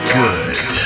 good